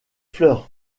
fleur